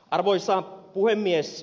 arvoisa puhemies